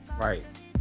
right